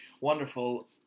wonderful